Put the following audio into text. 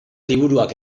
liburuak